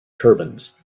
turbans